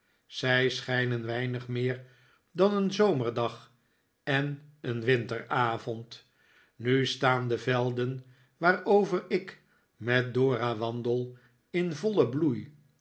zij schijnen weinig meer dan een zomerdag en een winteravond nu staan de velden waarover ik met dora wandel in vollen bloei